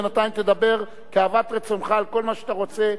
בינתיים תדבר כאוות רצונך על כל מה שאתה רוצה.